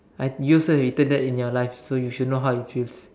I you also would have eaten that in your life so you should know how it feels